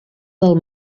del